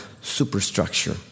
superstructure